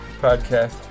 podcast